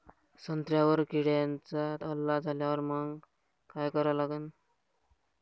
संत्र्यावर किड्यांचा हल्ला झाल्यावर मंग काय करा लागन?